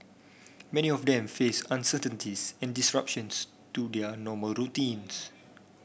many of them faced uncertainties and disruptions to their normal routines